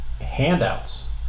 handouts